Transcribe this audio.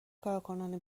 کارکنان